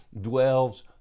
dwells